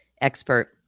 expert